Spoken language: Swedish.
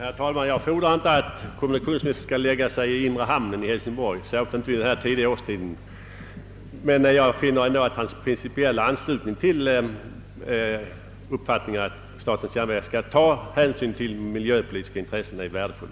Herr talman! Jag fordrar inte att kommunikationsministern skall lägga sig i inre hamnen i Hälsingborg — särskilt inte så här tidigt på året. Jag anser emellertid att hans principiella anslutning till uppfattningen, att statens järnvägar skall ta hänsyn till miljöpolitiska intressen, är värdefull.